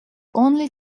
only